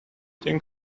think